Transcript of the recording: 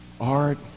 art